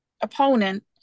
opponent